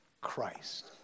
Christ